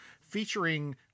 featuring